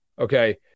Okay